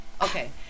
okay